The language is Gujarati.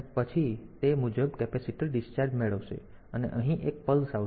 પછી તે મુજબ આ કેપેસિટર ડિસ્ચાર્જ મેળવશે અને અહીં એક પલ્સ આવશે